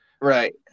right